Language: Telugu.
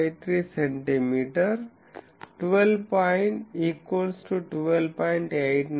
753 సెంటీమీటర్ 12